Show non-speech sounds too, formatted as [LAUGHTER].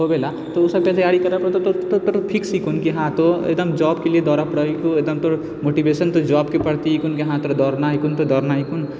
होबेला तऽ ओ सबके तैयारी [UNINTELLIGIBLE] कि हंँ तो एकदम जॉबके लिए दौड़ै पड़त तोहर मोटिवेशन तऽ जॉबके प्रति हँ तोरा दौड़नाय हकुन तऽ दौड़नाय हकुन